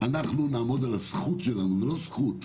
אנחנו נעמוד על הזכות שלנו זו לא זכות,